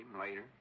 later